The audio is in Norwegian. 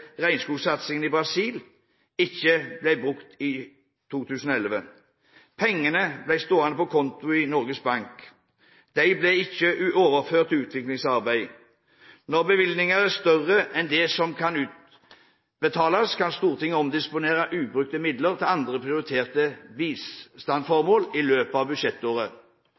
regnskogsatsingen i Brasil ikke ble brukt i 2011. Pengene ble stående på konto i Norges Bank. De ble ikke overført til utviklingsarbeid. Når bevilgninger er større enn det som kan utbetales, kan Stortinget omdisponere ubrukte midler til andre prioriterte bistandsformål i løpet av budsjettåret.